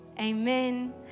amen